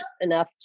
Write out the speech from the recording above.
enough